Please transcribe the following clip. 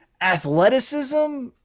athleticism